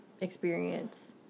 experience